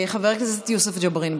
חבר הכנסת יוסף ג'בארין,